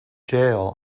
gaol